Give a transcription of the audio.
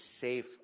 safe